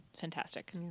fantastic